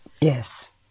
Yes